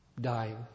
Dying